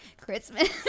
Christmas